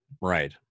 right